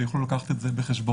ויוכלו לקחת את זה בחשבון.